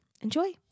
Enjoy